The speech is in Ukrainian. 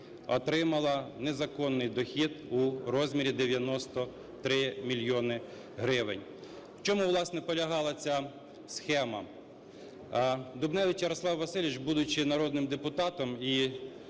отримала незаконний дохід у розмірі 93 мільйони гривень. В чому, власне, полягала ця схема. Дубневич Ярослав Васильович, будучи народним депутатом і